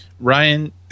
ryan